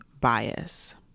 bias